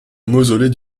mausolée